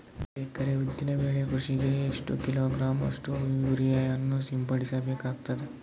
ಒಂದು ಎಕರೆ ಉದ್ದಿನ ಬೆಳೆ ಕೃಷಿಗೆ ಎಷ್ಟು ಕಿಲೋಗ್ರಾಂ ಗಳಷ್ಟು ಯೂರಿಯಾವನ್ನು ಸಿಂಪಡಸ ಬೇಕಾಗತದಾ?